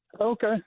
Okay